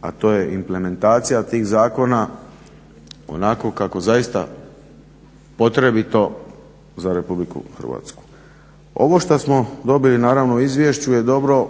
a to je implementacija tih zakona onako kako zaista potrebito za RH. Ovo šta smo dobili naravno u izvješću je dobro